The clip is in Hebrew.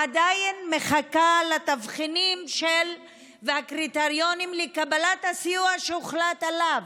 עדיין מחכה לתבחינים ולקריטריונים לקבלת הסיוע שהוחלט עליו.